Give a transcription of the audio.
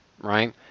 right